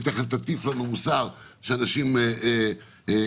ותיכף תטיף לנו מוסר שאנשים משמינים.